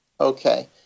okay